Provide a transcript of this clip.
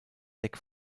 deck